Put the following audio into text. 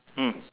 mm